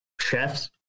chefs